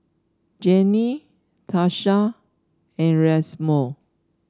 Jannie Tarsha and Erasmo